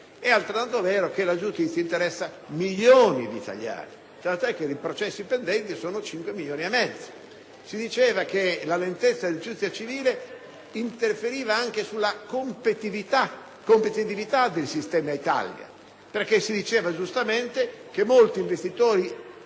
è altrettanto vero che la giustizia interessa milioni di italiani, tant'è che i processi pendenti sono 5,5 milioni. Si diceva che la lentezza della giustizia civile interferiva anche sulla competitività del sistema Italia, perché si diceva giustamente che molti investitori